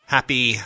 Happy